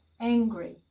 angry